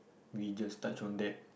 we just touch on that